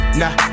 nah